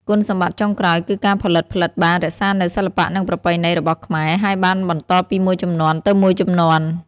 គុណសម្បត្តិចុងក្រោយគឺការផលិតផ្លិតបាន រក្សានូវសិល្បៈនិងប្រពៃណី របស់ខ្មែរ ហើយបានបន្តពីមួយជំនាន់ទៅមួយជំនាន់។